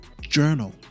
Journal